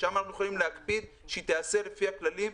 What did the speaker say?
ואנחנו יכולים להקפיד שהיא תיעשה לפי הכללים,